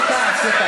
זה לא מקובל